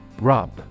Rub